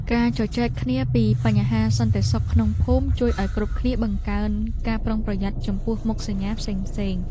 ការជជែកគ្នាពីបញ្ហាសន្តិសុខក្នុងភូមិជួយឱ្យគ្រប់គ្នាបង្កើនការប្រុងប្រយ័ត្នចំពោះមុខសញ្ញាផ្សេងៗ។